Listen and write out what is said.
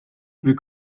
wir